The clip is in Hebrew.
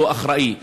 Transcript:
הלא-אחראי.